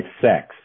sex